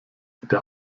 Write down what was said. der